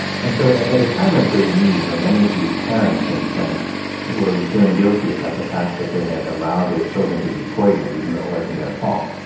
and so at at a time of great need when many of these parents in flint were feeling guilty about the fact that they had allowed their children to be poisoned even though it wasn't their fault,